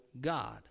God